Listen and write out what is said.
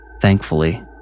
Thankfully